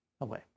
away